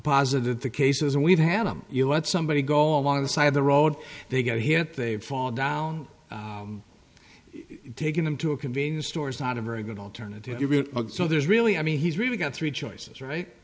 positive cases and we've had them you let somebody go on the side of the road they get hit they fall down taking them to a convenience store is not a very good alternative so there's really i mean he's really got three choices right